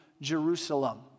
Jerusalem